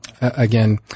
again